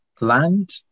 land